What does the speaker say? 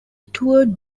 toured